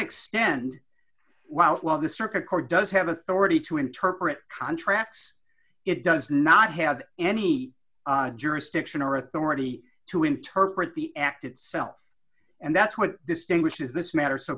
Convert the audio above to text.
extend well while the circuit court does have authority to interpret contracts it does not have any jurisdiction or authority to interpret the act itself and that's what distinguishes this matter so